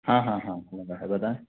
हाँ हाँ हाँ बताएँ